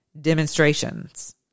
demonstrations